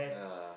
yeah